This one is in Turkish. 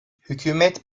hükümet